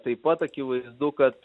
taip pat akivaizdu kad